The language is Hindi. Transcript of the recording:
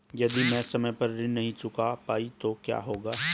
यदि मैं समय पर ऋण नहीं चुका पाई तो क्या होगा?